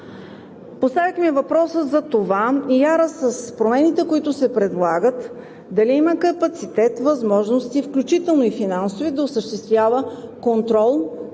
Поставихме и въпроса за това: ИАРА с промените, които се предлагат, дали има капацитет, възможности, включително и финансови да осъществява контрол